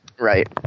Right